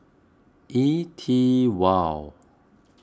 E T wow